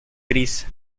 gris